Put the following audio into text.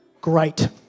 Great